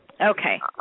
Okay